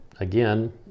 again